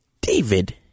David